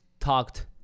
talked